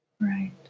right